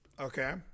Okay